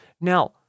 now